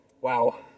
Wow